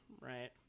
right